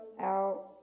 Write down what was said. out